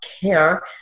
care